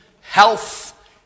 health